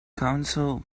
counsel